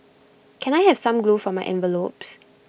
can I have some glue for my envelopes